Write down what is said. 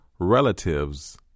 Relatives